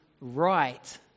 right